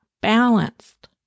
balanced